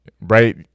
right